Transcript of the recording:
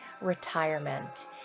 retirement